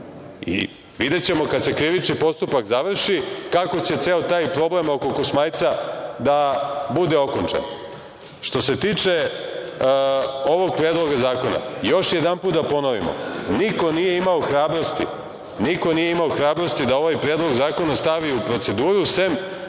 Videćemo kad se krivični postupak završi kako će ceo taj problem oko Kosmajca da bude okončan. Što se tiče ovog Predloga zakona, još jedanput da ponovimo – niko nije imao hrabrosti da ovaj Predlog zakona stavi u proceduru sem